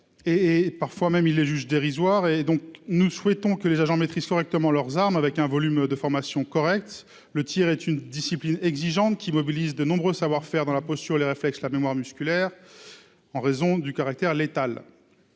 insuffisant, et même dérisoire. Nous souhaitons que les agents maîtrisent correctement leurs armes, avec un volume de formation convenable. Le tir est une discipline exigeante, qui mobilise de nombreux savoir-faire dans la posture, les réflexes, la mémoire musculaire, en raison du caractère létal.